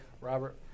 Robert